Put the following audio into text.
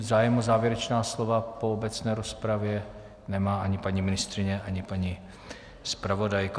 Zájem o závěrečná slova po obecné rozpravě nemá paní ministryně, ani paní zpravodajka.